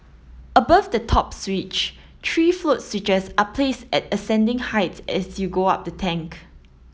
above the stop switch three float switches are placed at ascending heights as you go up the tank